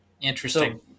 Interesting